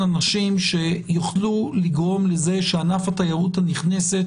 אנשים שיוכלו לגרום לזה שענף התיירות הנכנסת,